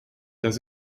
dass